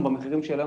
במחירים של היום,